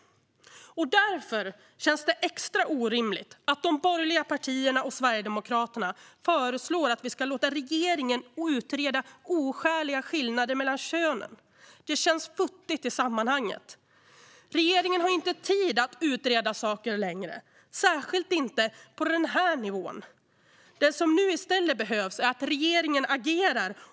Därför känns det extra orimligt att de borgerliga partierna och Sverigedemokraterna föreslår att vi ska låta regeringen utreda oskäliga skillnader mellan könen. Det känns futtigt i sammanhanget. Regeringen har inte tid att utreda saken längre, särskilt inte på den här nivån. Det som nu i stället behövs är att regeringen agerar.